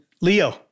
Leo